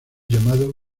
llamado